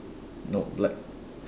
no black